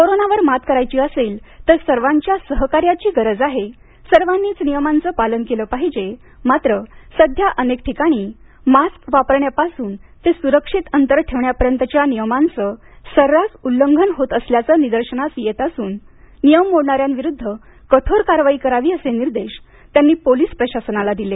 कोरोनावर मात करायची असेल तर सर्वांच्या सहकार्याची गरज आहे सर्वांनीच नियमांचं पालन केलं पाहिजे मात्र सध्या अनेक ठिकाणी मास्क वापरण्यापासून ते सुरक्षित अंतर ठेवण्यापर्यंतच्या नियमांच सर्रास उल्लंघन होत असल्याचं निदर्शनास येत असून नियम मोडणाऱ्यांविरुद्ध कठोर कारवाई करावी असे निर्देश त्यांनी पोलीस प्रशासनाला दिले